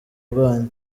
rwanyu